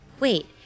wait